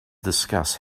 discuss